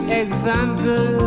example